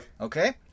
Okay